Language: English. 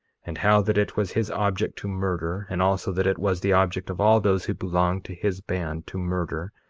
and how that it was his object to murder, and also that it was the object of all those who belonged to his band to murder,